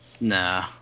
Nah